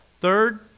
Third